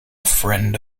friend